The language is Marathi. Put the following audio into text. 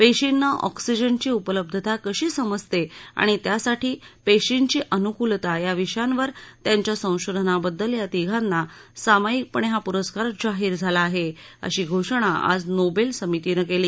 पेशींना ऑक्सिजनची उपलब्धता कशी समजते आणि त्यासाठी पेशींची अनुकलता या विषयांवर त्यांच्या संशोधनाबद्दल या तिघांना सामायिकपणे हा पुरस्कार जाहीर झाला आहे अशी घोषणा आज नोबेल समितीनं केली